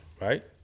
right